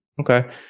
Okay